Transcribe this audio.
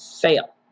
fail